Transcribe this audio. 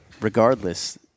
regardless